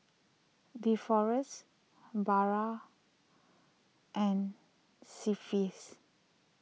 Deforest barra and see face